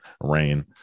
rain